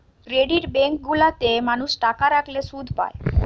credit bank গুলা তে মানুষ টাকা রাখলে শুধ পায়